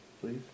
please